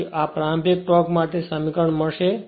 પછી આ પ્રારંભિક ટોર્ક માટે સમીકરણ મળશે